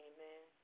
Amen